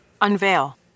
unveil